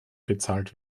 bezahlt